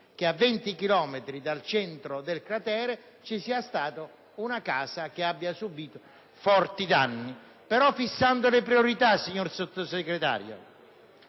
che a 20 chilometri dal centro del cratere ci sia stata una casa che ha subito forti anni. Bisogna però fissare le priorità, signor Sottosegretario,